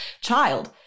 child